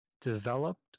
developed